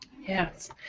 Yes